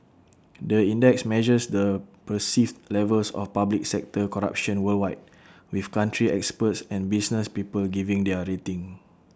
the index measures the perceived levels of public sector corruption worldwide with country experts and business people giving their rating